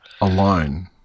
alone